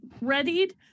readied